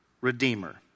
redeemer